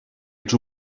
ets